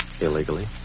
Illegally